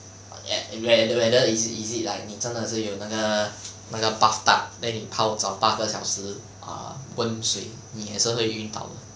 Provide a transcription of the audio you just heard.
at whe~ whether is is it like 你真的是有那个那个 bathtub then 你泡澡八个小时 err 温水你也是会晕倒